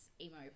emo